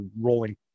rolling